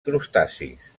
crustacis